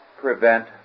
prevent